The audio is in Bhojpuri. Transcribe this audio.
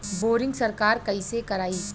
बोरिंग सरकार कईसे करायी?